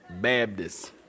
Baptist